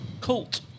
cult